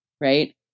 Right